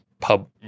pub